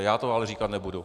Já to ale říkat nebudu.